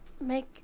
make